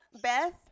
beth